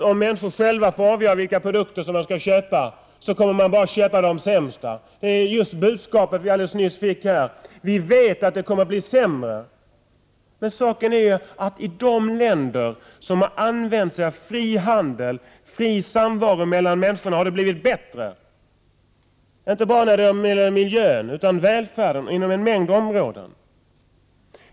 Om människor själva får avgöra vilka produkter de skall köpa, kommer de bara att köpa de sämsta. Det är budskapet vi fick alldeles nyss här -”vi vet att det kommer att bli sämre”. Men saken är ju den att i de länder där man har haft fri handel och fri samvaro mellan människorna har det blivit bättre, inte bara när det gäller miljön utan även när det gäller välfärden och en mängd andra områden.